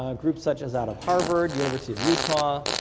um groups such as out of harvard, university of utah,